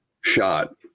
shot